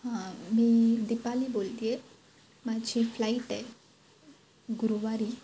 हां मी दिपाली बोलते आहे माझी फ्लाईट आहे गुरवारी